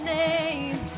name